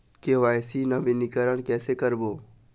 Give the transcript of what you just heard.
KYC नवीनीकरण कैसे करबो?